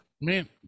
man